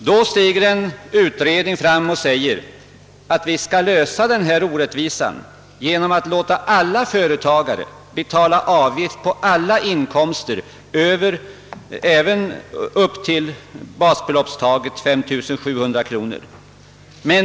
Då stiger en utredning fram och säger ungefär så här: Vi skall undanröja denna orättvisa genom att låta alla företagare betaia avgift på alla inkomster även under basbeloppet 5700 kronor.